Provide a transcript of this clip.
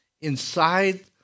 inside